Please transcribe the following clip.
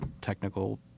technical